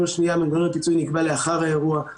השנייה מנגנון הפיצוי נקבע לאחר האירוע.